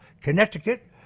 Connecticut